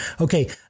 Okay